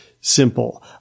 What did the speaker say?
simple